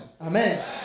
Amen